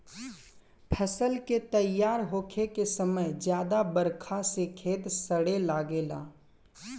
फसल के तइयार होखे के समय ज्यादा बरखा से खेत सड़े लागेला